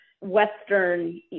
Western